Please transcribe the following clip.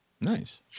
Nice